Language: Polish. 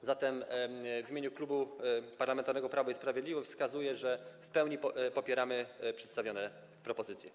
A zatem w imieniu Klubu Parlamentarnego Prawo i Sprawiedliwość stwierdzam, że w pełni popieramy przedstawione propozycje.